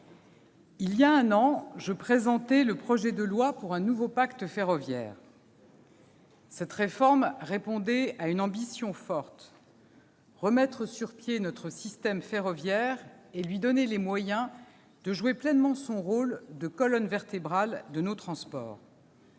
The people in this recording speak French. il y a un an, je présentais le projet de loi pour un nouveau pacte ferroviaire. Cette réforme répondait à une ambition forte : remettre sur pied notre système ferroviaire et lui donner les moyens de jouer pleinement son rôle de colonne vertébrale de nos transports.